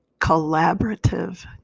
collaborative